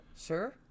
Sure